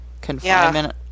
confinement